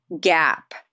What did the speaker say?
gap